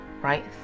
right